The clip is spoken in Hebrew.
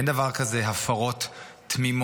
אין דבר כזה הפרות תמימות.